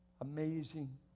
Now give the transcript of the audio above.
Amazing